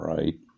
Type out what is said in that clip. Right